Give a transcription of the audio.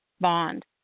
bond